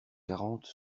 quarante